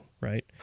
right